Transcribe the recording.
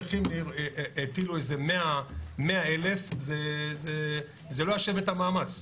כימניר הטילו איזה 100,000 זה לא היה שווה את המאמץ.